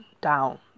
down